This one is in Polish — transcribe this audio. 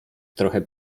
trochę